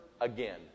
again